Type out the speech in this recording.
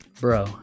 bro